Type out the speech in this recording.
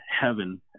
heaven